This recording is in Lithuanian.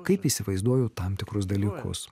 kaip įsivaizduoju tam tikrus dalykus